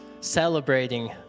celebrating